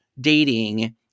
dating